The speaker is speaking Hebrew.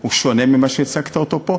שונה ממה שהצגת פה.